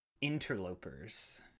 interlopers